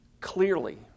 clearly